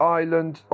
island